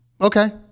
Okay